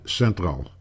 centraal